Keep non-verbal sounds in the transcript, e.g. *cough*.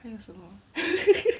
还有什么啊 *laughs*